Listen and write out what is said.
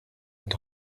und